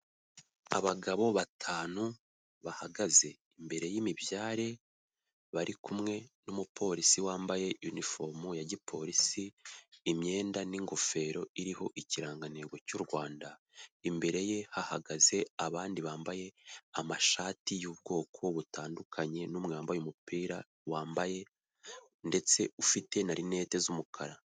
Abagabo batanu bahagaze imbere y'imibyare, bari kumwe n'umupolisi wambaye yunifomo ya gipolisi, imyenda n'ingofero iriho ikirangantego cy'u Rwanda. Imbere ye hahagaze abandi bambaye amashati y'ubwoko butandukanye n'umwe wambaye umupira, wambaye ndetse ufite na rinete z'umukara.